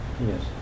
Yes